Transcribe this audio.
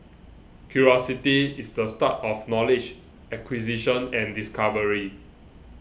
curiosity is the start of knowledge acquisition and discovery